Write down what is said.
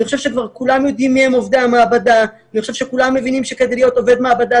אני חושב שכבר כולם יודעים מי הם עובדי המעבדה,